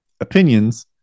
opinions